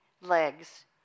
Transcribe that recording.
legs